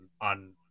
on